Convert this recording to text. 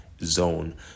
zone